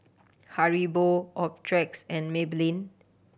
Haribo Optrex and Maybelline